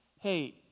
hey